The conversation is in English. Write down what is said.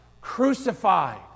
Crucified